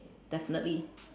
definitely